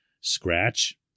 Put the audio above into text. scratch